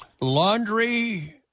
Laundry